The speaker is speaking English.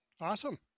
awesome